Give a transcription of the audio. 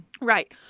Right